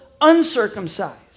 uncircumcised